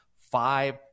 five